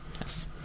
yes